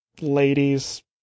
ladies